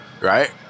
right